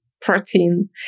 protein